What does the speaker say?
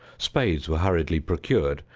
spades were hurriedly procured,